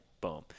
boom